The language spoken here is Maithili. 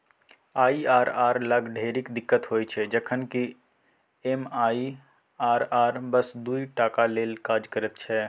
आई.आर.आर लग ढेरिक दिक्कत होइत छै जखन कि एम.आई.आर.आर बस दुइ टाक लेल काज करैत छै